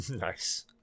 Nice